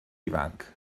ifanc